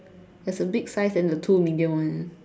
there's a big size and a two medium one